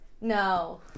No